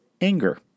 Anger